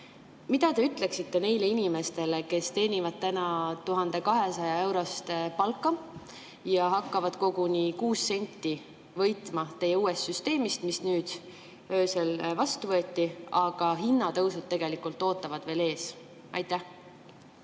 Mida te ütleksite neile inimestele, kes teenivad 1200-eurost palka ja hakkavad koguni kuus senti võitma tänu teie uuele süsteemile, mis nüüd öösel vastu võeti, aga hinnatõusud tegelikult ootavad veel ees? Aitäh!